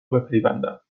بپیوندم